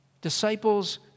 Disciples